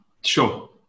Sure